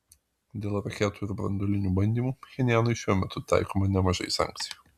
dėl raketų ir branduolinių bandymų pchenjanui šiuo metu taikoma nemažai sankcijų